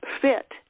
fit